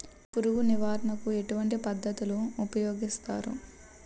పురుగు నివారణ కు ఎటువంటి పద్ధతులు ఊపయోగిస్తారు?